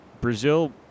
Brazil